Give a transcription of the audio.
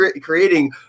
creating